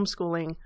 homeschooling